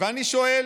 ואני שואל: